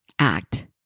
act